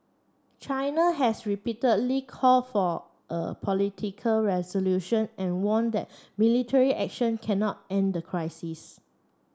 China has repeatedly called for a political resolution and warned military action cannot end the crisis